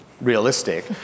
realistic